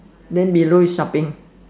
then below is shopping